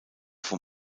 vom